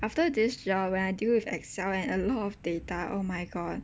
after this job when I deal with excel and a lot of data oh my god